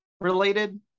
related